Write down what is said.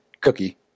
cookie